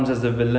oh